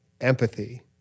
empathy